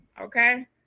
Okay